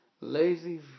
Lazy